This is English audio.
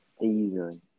easily